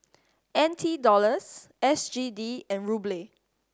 N T Dollars S G D and Ruble